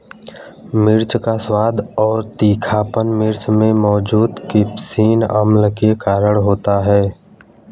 मिर्च का स्वाद और तीखापन मिर्च में मौजूद कप्सिसिन अम्ल के कारण होता है